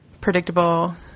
predictable